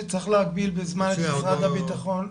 להגביל בזמן את משרד הבטחון.